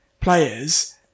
players